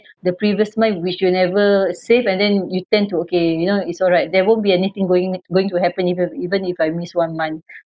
the previous month which you never save and then you tend to okay you know it's alright there won't be anything going going to happen even even if I miss one month